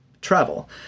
travel